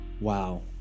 wow